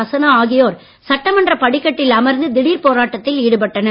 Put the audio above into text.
அசனா ஆகியோர் சட்டமன்ற படிக்கட்டில் அமர்ந்து திடீர் போராட்டத்தில் ஈடுபட்டனர்